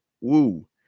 Woo